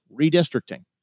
redistricting